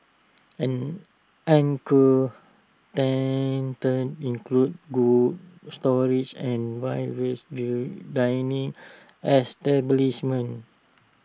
an anchor tenants include cold storage and various view dining establishments